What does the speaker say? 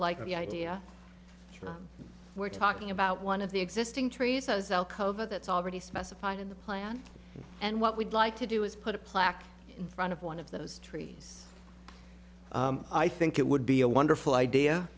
like the idea we're talking about one of the existing trees that's already specified in the plan and what we'd like to do is put a plaque in front of one of those trees i think it would be a wonderful idea